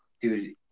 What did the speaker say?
Dude